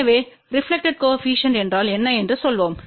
எனவே ரெப்லக்டெட்ப்பு கோஏபிசிஎன்ட் என்றால் என்ன என்று சொல்வோம்